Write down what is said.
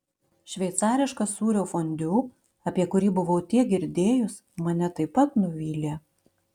šveicariškas sūrio fondiu apie kurį buvau tiek girdėjus mane taip pat nuvylė